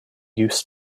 used